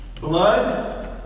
Blood